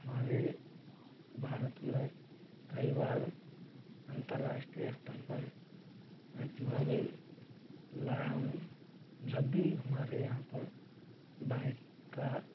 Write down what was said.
हमारे भारत में कई बार अंतर्राष्ट्रीय स्तर पर प्रतिभा भी लाया हूँ जब भी हमारे यहाँ पर बाइक का